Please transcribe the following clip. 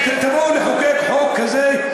לפני שאתם תבואו לחוקק חוק כזה,